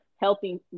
helping